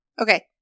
Okay